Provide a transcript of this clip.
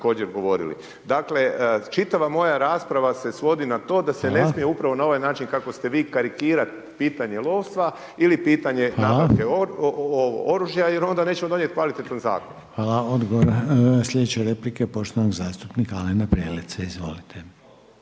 Dakle, čitava moja rasprava se svodi na to, da se ne smije upravo na ovaj način, kako ste vi karikirat pitanje lovstva, ili pitanje kakav je oružaj, jer onda nećemo donijeti kvalitetan zakon. **Reiner, Željko (HDZ)** Hvala. Sljedeća replika je poštovanog zastupnika Alena Preleca. Izvolite.